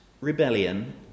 rebellion